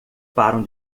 param